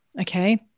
okay